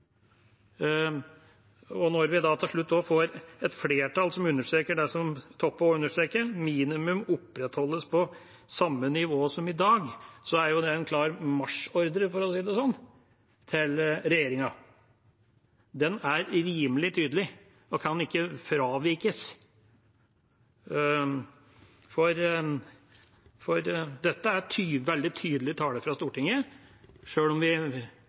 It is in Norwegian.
Når vi til slutt får et flertall som understreker det som Toppe også understreker – «minimum opprettholdes på samme nivå som i dag» – er det en klar marsjordre, for å si det slik, til regjeringa. Den er rimelig tydelig og kan ikke fravikes, for dette er veldig tydelig tale fra Stortinget. Sjøl om vi